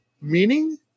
meaning